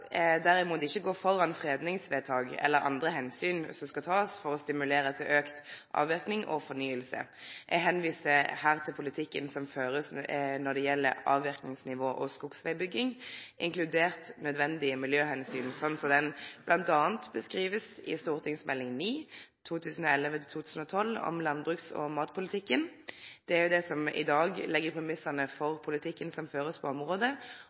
derimot ikkje gå føre fredingsvedtak eller andre omsyn ein må ta for å stimulere til auka avverking og forynging. Eg viser her til politikken som blir ført når det gjeld avverkingsnivå og skogsvegbygging, inkludert nødvendige miljøomsyn, slik det blir beskrive i Meld. St. 9 for 2011–2012 Landbruks- og matpolitikken. Det er ho som i dag legg premissane for politikken som blir ført på området,